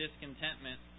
discontentment